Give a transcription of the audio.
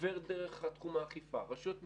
עובר דרך תחום האכיפה, רשויות מקומיות,